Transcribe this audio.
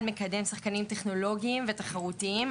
הוא מקדם שחקנים טכנולוגיים ותחרותיים,